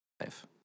life